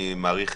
אני מעריך,